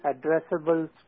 addressable